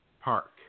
Park